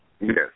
Yes